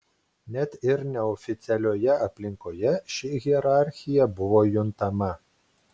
net ir neoficialioje aplinkoje ši hierarchija buvo juntama